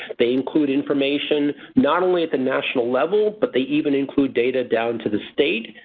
they include information not only at the national level but they even include data down to the state,